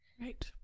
Right